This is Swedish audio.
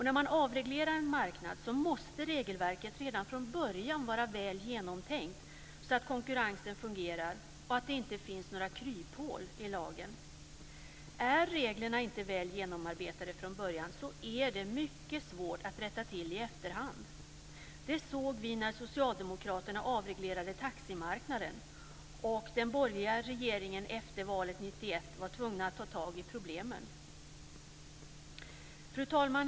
När man avreglerar en marknad måste regelverket redan från början vara väl genomtänkt så att konkurrensen fungerar och det inte finns några kryphål i lagen. Är reglerna inte väl genomarbetade från början blir det mycket svårt att i efterhand rätta till. Det såg vi när Socialdemokraterna avreglerade taximarknaden och den borgerliga regeringen efter valet 1991 var tvungen att ta tag i problemen. Fru talman!